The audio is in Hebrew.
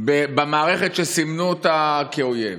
שלוחמים במערכת, שסימנו אותה כאויב.